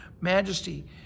majesty